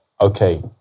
okay